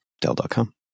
Dell.com